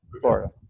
florida